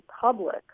public